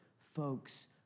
folks